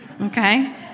Okay